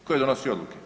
Tko je donosio odluke?